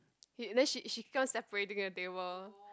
he then she she comes separating the table